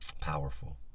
Powerful